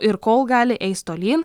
ir kol gali eis tolyn